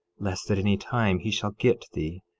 lest at any time he shall get thee,